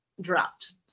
dropped